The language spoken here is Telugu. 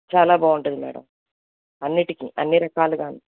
చాలా బావుంటుంది మేడం అన్నిటికి అన్నీ రకాలుగాను